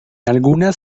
algunas